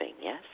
yes